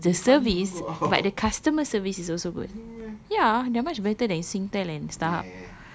no not just the service but the customer service is also good ya they are much better than singtel and starhub